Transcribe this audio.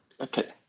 Okay